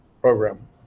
program